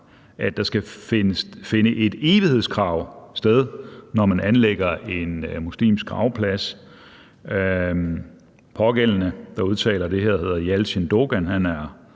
at der skal finde et evighedskrav sted, når man anlægger en muslimsk gravplads. Pågældende, der udtaler det, hedder, Yalcin Dogan, og han er